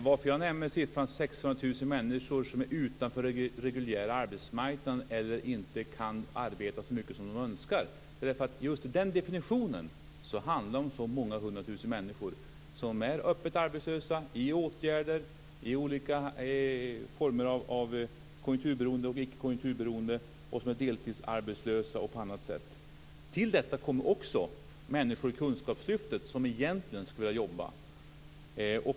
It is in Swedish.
Varför jag nämner att 600 000 människor står utanför den reguljära arbetsmarknaden eller inte kan arbeta så mycket som de önskar, beror på att just den definitionen handlar om många hundra tusen människor, som är öppet arbetslösa, i åtgärder, i olika former av konjunkturberoende eller ickekonjunkturberoende åtgärder, är deltidsarbetslösa eller annat. Till detta kommer också människor i Kunskapslyftet som egentligen skulle vilja jobba.